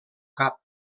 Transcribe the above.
cap